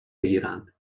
بگیرند